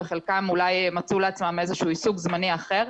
וחלקם אולי מצאו לעצמם איזשהו עיסוק זמני אחר,